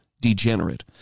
degenerate